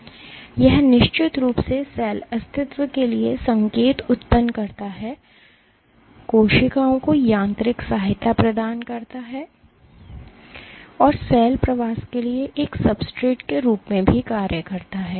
यह निश्चित रूप से सेल अस्तित्व के लिए संकेत उत्पन्न करता है कोशिकाओं को यांत्रिक सहायता प्रदान करता है और सेल प्रवास के लिए एक सब्सट्रेट के रूप में भी कार्य करता है